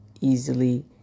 easily